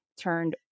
turned